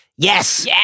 Yes